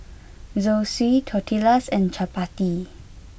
Zosui Tortillas and Chapati